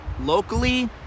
locally